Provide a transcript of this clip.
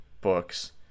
books